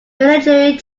military